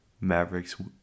Mavericks